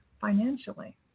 financially